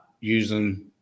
using